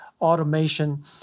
automation